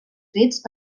fets